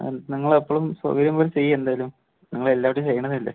നിങ്ങളെപ്പളും സൗകര്യം പോലെ ചെയ്യ് എന്തായാലും നിങ്ങളെല്ലാവിടെയും ചെയ്യുന്നത് അല്ലെ